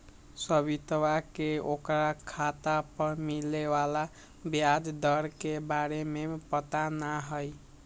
सवितवा के ओकरा खाता पर मिले वाला ब्याज दर के बारे में पता ना हई